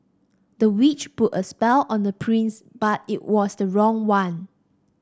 the witch put a spell on the prince but it was the wrong one